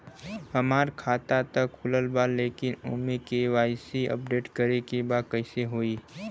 हमार खाता ता खुलल बा लेकिन ओमे के.वाइ.सी अपडेट करे के बा कइसे होई?